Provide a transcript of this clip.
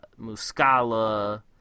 Muscala